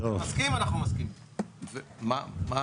אם אתה מסכים, אנחנו מסכימים.